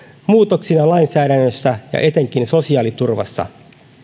muutoksia lainsäädännössä ja etenkin sosiaaliturvassa